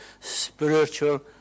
spiritual